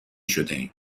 شدهایم